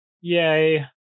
Yay